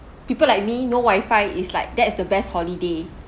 people like me no wifi is like that is the best holiday